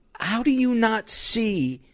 how do you not see